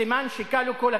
סימן שכלו כל הקצים.